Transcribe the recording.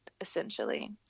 essentially